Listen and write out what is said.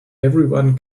everyone